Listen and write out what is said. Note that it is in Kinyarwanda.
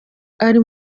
ari